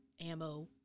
ammo